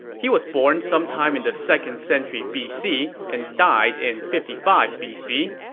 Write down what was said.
he was born sometime in the second century bc and died in fifty five bc.